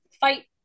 fight